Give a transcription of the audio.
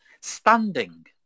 standing